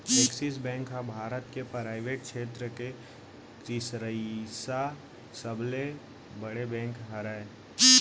axis Bank ह भारत के private छेत्र के तिसरइसा सबले बड़े बेंक हरय